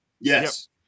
Yes